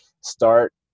start